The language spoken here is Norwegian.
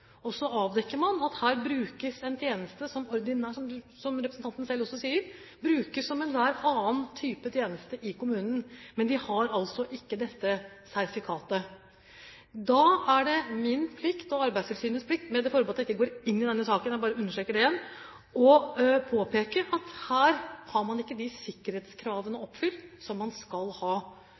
avdekker man at her brukes en tjeneste – som representanten også selv sier – som enhver annen type tjeneste i kommunen, men de har altså ikke dette sertifikatet. Da er det min og Arbeidstilsynets plikt – med det forbehold at jeg ikke går inn i denne saken, jeg bare understreker det igjen – å påpeke at her har man ikke oppfylt de sikkerhetskravene som man skal.